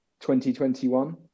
2021